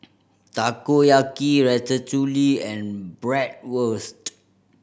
Takoyaki Ratatouille and Bratwurst